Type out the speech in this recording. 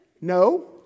No